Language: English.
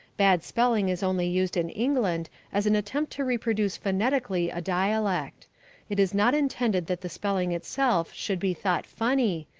bad spelling is only used in england as an attempt to reproduce phonetically a dialect it is not intended that the spelling itself should be thought funny,